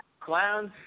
clowns